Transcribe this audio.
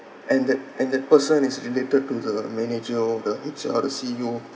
and that and that person is related to the manager or the H_R the C_E_O